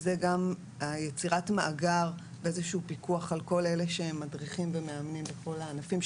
זה גם יצירת מאגר ופיקוח על כל אלה שמדריכים ומאמנים בכל הענפים.